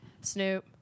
Snoop